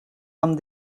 amb